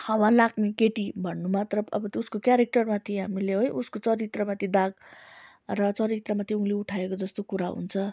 हावा लाग्ने केटी भन्नु मात्र अब उसको क्यारेक्टरमाथि हामीले है उसको चरित्रमाथि दाग र चरित्रमाथि औँली उठाएको जस्तो कुरा हुन्छ